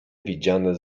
widziane